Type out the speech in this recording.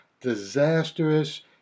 disastrous